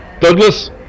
Douglas